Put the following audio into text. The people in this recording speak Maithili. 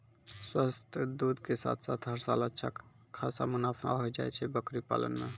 स्वस्थ दूध के साथॅ साथॅ हर साल अच्छा खासा मुनाफा होय जाय छै बकरी पालन मॅ